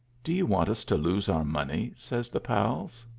do you want us to lose our money? says the pals.